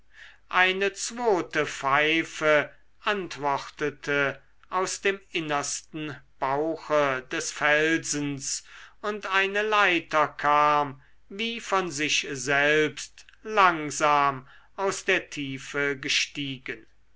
eine zwote pfeife antwortete aus dem innersten bauche des felsens und eine leiter kam wie von sich selbst langsam aus der tiefe gestiegen